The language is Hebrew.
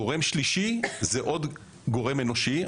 גורם שלישי הוא עוד גורם אנושי,